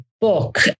book